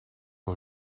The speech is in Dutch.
als